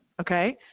okay